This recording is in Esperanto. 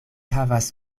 havas